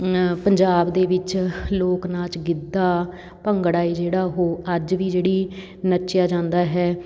ਪੰਜਾਬ ਦੇ ਵਿੱਚ ਲੋਕ ਨਾਚ ਗਿੱਧਾ ਭੰਗੜਾ ਹੈ ਜਿਹੜਾ ਉਹ ਅੱਜ ਵੀ ਜਿਹੜੀ ਨੱਚਿਆ ਜਾਂਦਾ ਹੈ